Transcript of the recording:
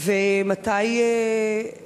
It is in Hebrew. ומתי זה יהיה מיושם?